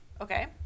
Okay